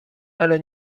ale